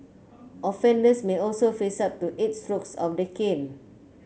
offenders may also face up to eight strokes of the cane